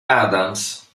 adams